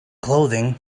clothing